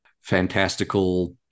fantastical